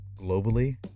globally